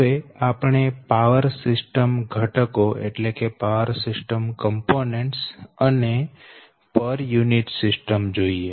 હવે આપણે power system ઘટકો અને પર યુનીટ સિસ્ટમ જોઈએ